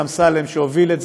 בבקשה, אדוני,